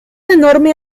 enorme